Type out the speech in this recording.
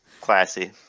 Classy